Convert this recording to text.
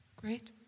Great